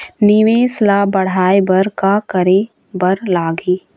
निवेश ला बड़हाए बर का करे बर लगही?